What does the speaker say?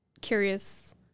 curious